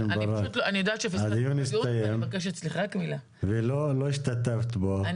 אני מבקשת סליחה, אני